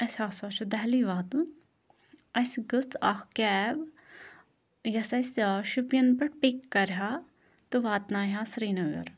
اَسہِ ہسا چھُ دہلی واتُن اَسہِ گٔژھ اَکھ کیب یۄس اَسہِ شُپیَن پٮ۪ٹھ پِک کَرِ ہا تہٕ واتنایہِ ہا سرینَگر